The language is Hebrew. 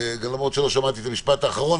למרות שלא שמעתי את המשפט האחרון,